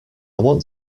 want